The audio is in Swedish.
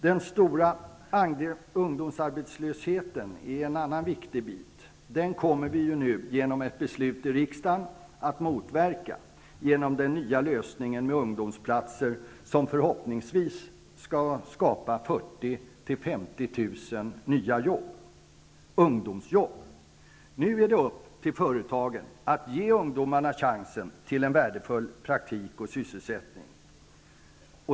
Den stora ungdomsarbetslösheten är en annan viktig bit. Den kommer vi genom ett beslut i riksdagen att motverka genom den nya lösningen med ungdomsplatser, som förhoppningsvis skall skapa 40 000--50 000 nya ungdomsjobb. Nu är det upp till företagen att ge ungdomarna chansen till en värdefull praktik och sysselsättning.